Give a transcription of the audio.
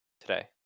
today